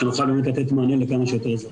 שנוכל באמת לתת מענה לכמה שיותר.